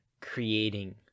creating